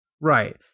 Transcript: right